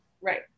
Right